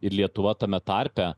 ir lietuva tame tarpe